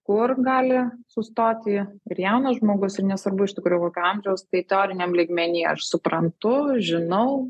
kur gali sustoti ir jaunas žmogus ir nesvarbu iš tikrųjų kokio amžiaus tai teoriniam lygmeny aš suprantu žinau